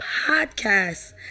podcast